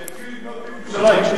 שיתחיל לבנות בירושלים.